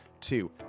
Two